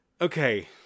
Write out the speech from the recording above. okay